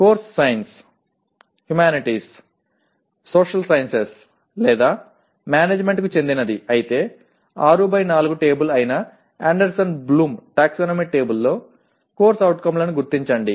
course science humanities social sciences లేదా మేనేజ్మెంట్కు చెందినది అయితే 6 బై 4 టేబుల్ అయిన అండర్సన్ బ్లూమ్ టాక్సానమీ టేబుల్లో CO లను గుర్తించండి